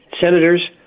senators